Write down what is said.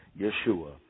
Yeshua